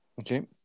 Okay